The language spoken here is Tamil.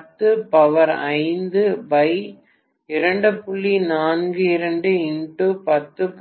42x105 200